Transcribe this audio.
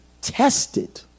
tested